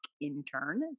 intern